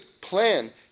plan